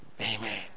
Amen